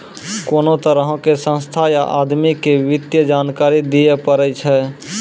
कोनो तरहो के संस्था या आदमी के वित्तीय जानकारी दियै पड़ै छै